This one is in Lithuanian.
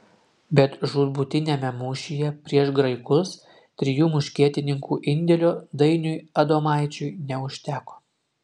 bet žūtbūtiniame mūšyje prieš graikus trijų muškietininkų indėlio dainiui adomaičiui neužteko